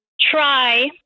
try